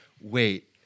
Wait